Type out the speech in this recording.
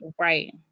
Right